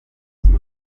igiti